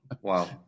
Wow